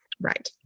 Right